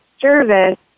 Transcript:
service